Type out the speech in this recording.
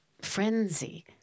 frenzy